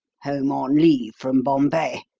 home on leave from bombay.